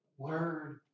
word